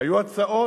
היו הצעות,